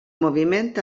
moviment